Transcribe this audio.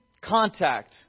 contact